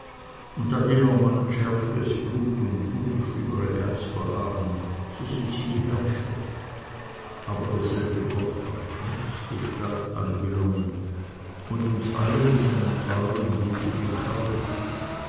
und da die normannen schärferes blut und ungestümere geister haben so sind sie die herrscher aber derselbe gott hat knechtsgestalt angenommen und uns alle mit seinem teuren blute gekauft